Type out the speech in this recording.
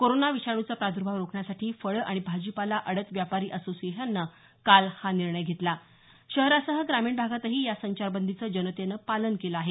corona विषाणूचा प्रादर्भाव रोखण्यासाठी फळे आणि भाजीपाला अडत व्यापारी असोसिएशनने काल हा निर्णय घेतला शहरासह ग्रामीण भागातही या संचारबंदीचं जनतेनं पालन केलं आहे